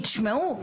תשמעו,